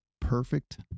perfect